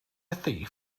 thief